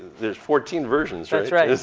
there's fourteen versions. that's right.